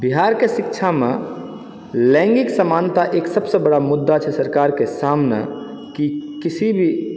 बिहारके शिक्षामे लैङ्गिक समानता एक सबसँ बड़ा मुद्दा छै सरकारके सामने कि किसी भी